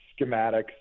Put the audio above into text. schematics